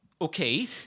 Okay